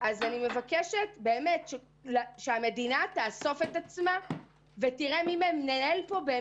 אני מבקשת שהמדינה תאסוף את עצמה ותראה מי מנהל פה את